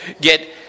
get